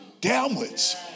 downwards